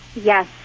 Yes